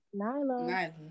Nyla